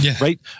right